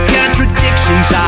contradictions